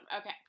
Okay